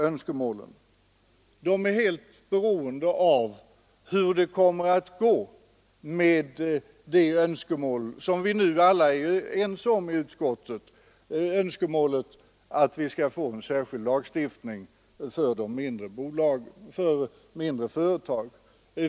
Detta är helt beroende av hur det går med kravet — som nu alla i utskottet är ense om — på en särskild lagstiftning för mindre företag.